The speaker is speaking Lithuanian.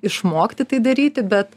išmokti tai daryti bet